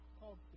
called